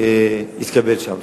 ותיקון שיתקבלו שם.